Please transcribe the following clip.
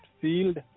field